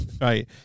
right